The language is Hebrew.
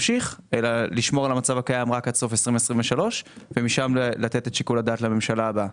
אלא לשמור על המצב הקיים ומשם לתת את שיקול הדעת לממשלה הבאה.